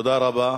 תודה רבה.